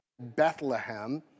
Bethlehem